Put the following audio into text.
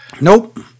Nope